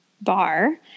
bar